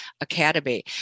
Academy